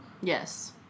Yes